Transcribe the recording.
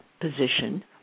position